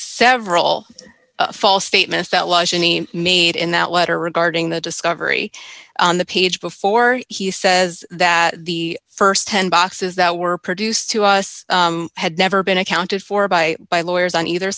several false statements that lush any made in that letter regarding the discovery on the page before he says that the st ten boxes that were produced to us had never been accounted for by by lawyers on either